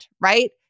right